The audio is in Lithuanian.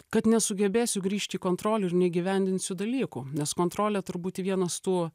kad nesugebėsiu grįžti į kontrolę ir neįgyvendinsiu dalykų nes kontrolė turbūt vienas tų